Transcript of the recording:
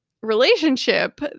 relationship